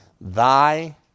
thy